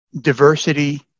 diversity